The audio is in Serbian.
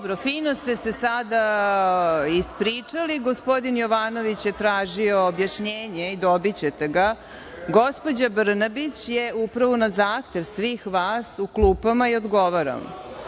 fino ste se sada ispričali. Gospodin Jovanović je tražio objašnjenje i dobićete ga. Gospođa Brnabić je upravo na zahtev svih vas u klupama i odgovara